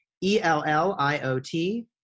E-L-L-I-O-T